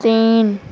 تین